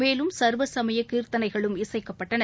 மேலும் சர்வசமயகீர்தனைகளும் இசைக்கப்பட்டன